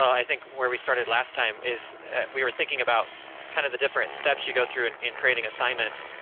i think where we started last time is we were thinking about kind of the different steps you go through in in creating assignments.